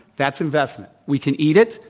that's investment. we can eat it.